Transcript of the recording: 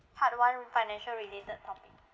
part one financial related topic